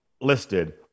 listed